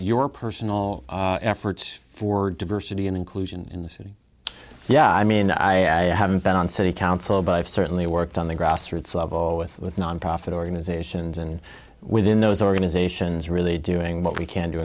your personal efforts for diversity and inclusion in the city yeah i mean i haven't been on city council but i've certainly worked on the grassroots level with nonprofit organizations and within those organizations really doing what we can to